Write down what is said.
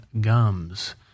gums